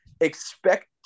expect